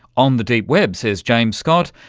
on the deep web, says james scott,